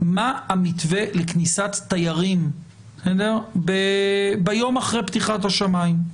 מה המתווה לכניסת תיירים ביום אחרי פתיחת השמיים.